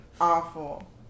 Awful